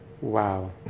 Wow